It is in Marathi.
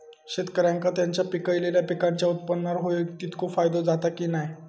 शेतकऱ्यांका त्यांचा पिकयलेल्या पीकांच्या उत्पन्नार होयो तितको फायदो जाता काय की नाय?